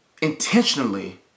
intentionally